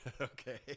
Okay